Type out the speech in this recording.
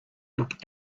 looked